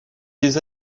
les